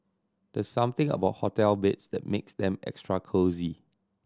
there's something about hotel beds that makes them extra cosy